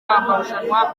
amarushanwa